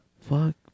Fuck